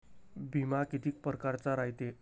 बिमा कितीक परकारचा रायते?